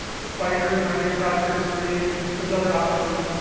spiders running across your screen. there's other options.